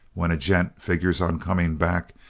when a gent figures on coming back,